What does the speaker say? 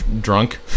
drunk